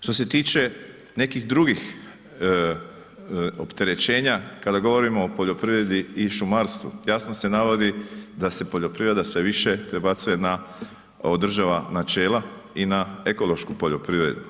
Što se tiče nekih drugih opterećenja, kada govorimo o poljoprivredi i šumarstvu, jasno se navodi da se poljoprivreda sve više prebacuje na, održava načela i na ekološku poljoprivredu.